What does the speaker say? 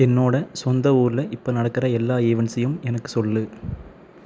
என்னோடய சொந்த ஊரில் இப்போ நடக்கிற எல்லா ஈவண்ட்ஸையும் எனக்கு சொல்லு